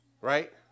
Right